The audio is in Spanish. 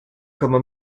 como